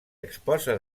exposa